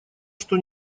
что